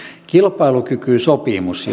kilpailukykysopimus